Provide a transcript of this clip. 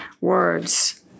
words